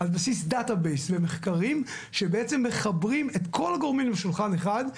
על בסיס נתונים ומחקרים שבעצם מחברים את כל הגורמים לשולחן אחד,